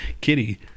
Kitty